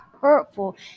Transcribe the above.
hurtful